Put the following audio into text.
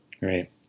Right